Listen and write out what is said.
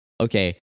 okay